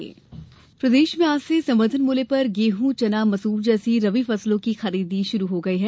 ई उपार्जन प्रदेश में आज से समर्थन मूल्य पर गेहूं चना मसूर जैसी रबी फसलों की खरीदी शुरू हो गई है